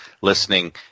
listening